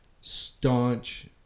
staunch